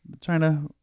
China